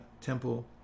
Temple